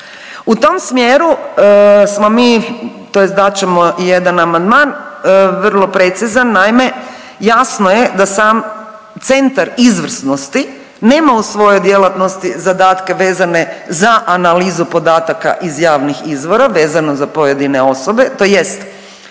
U tom smjeru smo mi, tj. dat ćemo i jedan amandman, vrlo precizan, naime. Jasno je da sam Centar izvrsnosti nema u svojoj djelatnosti zadatke vezane za analizu podataka iz javnih izvora vezano za pojedine osobe, tj.